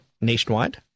nationwide